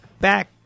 Back